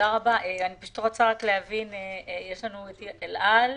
נמצאים אתנו אל על,